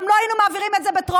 גם לא היינו מעבירים את זה בטרומית.